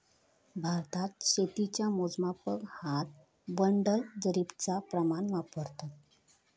भारतात शेतीच्या मोजमापाक हात, बंडल, जरीबचा प्रमाण वापरतत